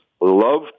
love